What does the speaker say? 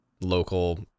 local